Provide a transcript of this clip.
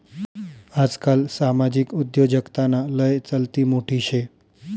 आजकाल सामाजिक उद्योजकताना लय चलती मोठी शे